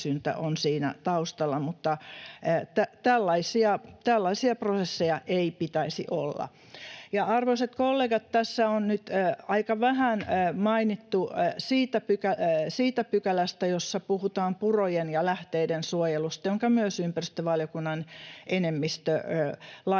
tällaisia prosesseja ei pitäisi olla. Ja arvoisat kollegat, tässä on nyt aika vähän mainittu siitä pykälästä, jossa puhutaan purojen ja lähteiden suojelusta ja jonka ympäristövaliokunnan enemmistö laista